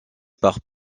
par